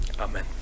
Amen